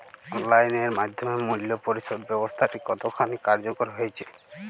Online এর মাধ্যমে মূল্য পরিশোধ ব্যাবস্থাটি কতখানি কার্যকর হয়েচে?